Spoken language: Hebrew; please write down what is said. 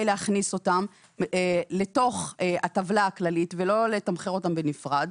להכניס אותם לתוך הטבלה הכללית ולא לתמחר אותם בנפרד.